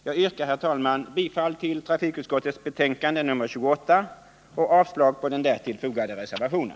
Jag yrkar, herr talman, bifall till TU:s betänkande nr 28 och avslag på den därtill fogade reservationen.